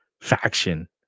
Faction